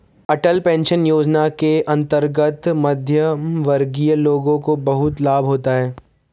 अटल pension योजना के अंतर्गत मध्यमवर्गीय लोगों को बहुत लाभ होता है